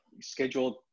scheduled